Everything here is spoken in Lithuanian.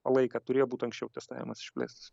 laiką turėjo būt anksčiau testavimas išplėstas